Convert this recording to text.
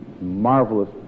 marvelous